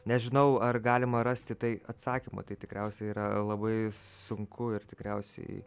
nežinau ar galima rasti tai atsakymo tai tikriausiai yra labai sunku ir tikriausiai